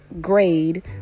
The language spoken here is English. grade